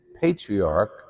patriarch